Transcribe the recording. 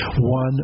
one